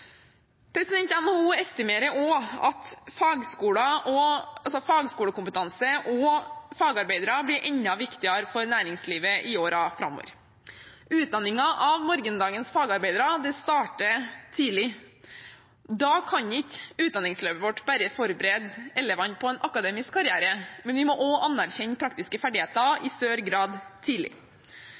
at fagskolekompetanse og fagarbeidere blir enda viktigere for næringslivet i årene framover. Utdanningen av morgendagens fagarbeidere starter tidlig. Da kan ikke utdanningslivet vårt bare forberede elevene på en akademisk karriere, vi må også i større grad anerkjenne praktiske ferdigheter